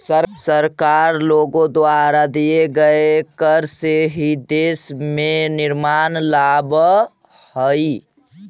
सरकार लोगों द्वारा दिए गए कर से ही देश में निर्माण लावअ हई